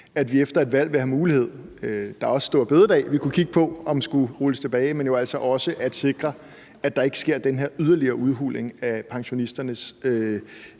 at vi efter et valg vil have mulighed – der er også store bededag, vi kunne kigge på om skulle rulles tilbage – for at sikre, at der ikke sker den her yderligere udhuling af pensionisternes indkomst.